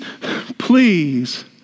please